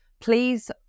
please